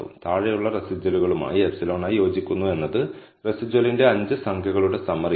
താഴെയുള്ള റെസിജ്വൽകളുമായി εi യോജിക്കുന്നു എന്നത് റെസിജ്വൽന്റെ 5 സംഖ്യകളുടെ സമ്മറിമാണ്